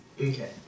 Okay